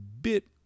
bit